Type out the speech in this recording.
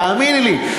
תאמיני לי,